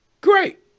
great